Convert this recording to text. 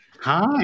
Hi